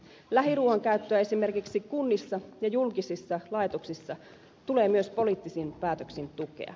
lähiruuan käyttöä esimerkiksi kunnissa ja julkisissa laitoksissa tulee myös poliittisin päätöksin tukea